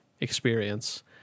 experience